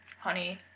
honey